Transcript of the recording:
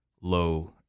low